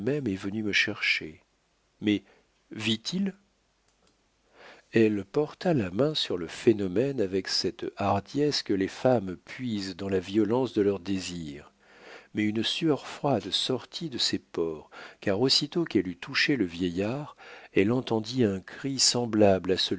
est venue me chercher mais vit-il elle porta la main sur le phénomène avec cette hardiesse que les femmes puisent dans la violence de leurs désirs mais une sueur froide sortit de ses pores car aussitôt qu'elle eut touché le vieillard elle entendit un cri semblable